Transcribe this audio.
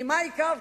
כי מהי קרקע?